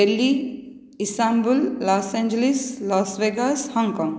Delhi Istanbul Los Angeles Las Vegas Hong Kong